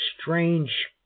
strange